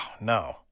no